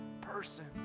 person